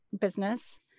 business